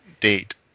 date